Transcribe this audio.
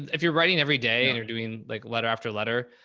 if you're writing every day and you're doing like letter after letter,